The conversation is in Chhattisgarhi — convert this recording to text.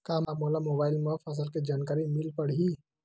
का मोला मोबाइल म फसल के जानकारी मिल पढ़ही?